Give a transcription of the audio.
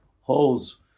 holes